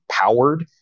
powered